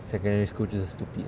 secondary school 就是 stupid